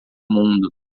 mundo